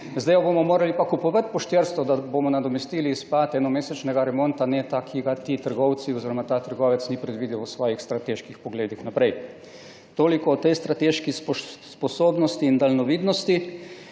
zdaj jo bomo morali pa kupovati po 400, da bomo nadomestili izpad enomesečnega remonta neta, ki ga ti trgovci oziroma ta trgovec ni predvidel v svojih strateških pogledih naprej. Toliko o tej strateški sposobnosti in daljnovidnosti.